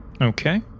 Okay